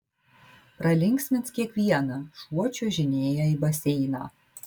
pralinksmins kiekvieną šuo čiuožinėja į baseiną